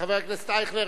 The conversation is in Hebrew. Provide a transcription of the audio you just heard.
חבר הכנסת אייכלר,